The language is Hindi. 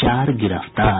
चार गिरफ्तार